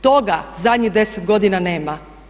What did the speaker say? Toga zadnjih 10 godina nema.